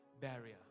barrier